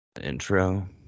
intro